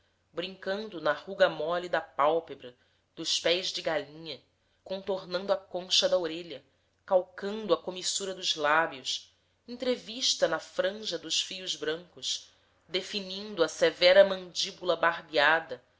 brincando na ruga mole da pálpebra dos pés de galinha contornando a concha da orelha calcando a comissura dos lábios entrevista na franja dos fios brancos definindo a severa mandíbula barbeada